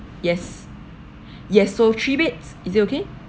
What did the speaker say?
yes yes so three beds is it okay